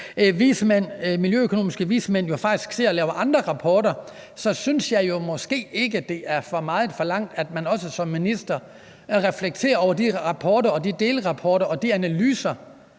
miljøøkonomiske vismænd faktisk sidder og laver andre rapporter, synes jeg jo måske ikke, det er for meget forlangt, at man også som minister reflekterer over de rapporter, delrapporter og analyser.